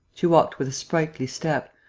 she walked with a sprightly step,